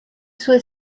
sue